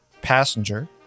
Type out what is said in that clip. passenger